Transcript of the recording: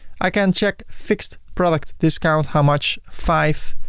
i can check fixed product discount, how much five